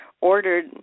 ordered